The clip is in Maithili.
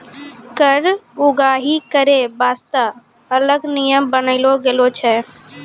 कर उगाही करै बासतें अलग नियम बनालो गेलौ छै